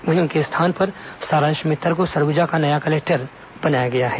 वहीं उनके स्थान पर सारांश मित्तर को सरगुजा का नया कलेक्टर बनाया गया है